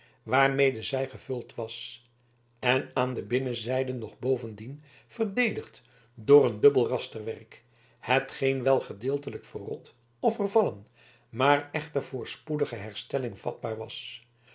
waarmede zij gevuld was en aan de binnenzijde nog bovendien verdedigd door een dubbel rasterwerk hetgeen wel gedeeltelijk verrot of vervallen maar echter voor spoedige herstelling vatbaar was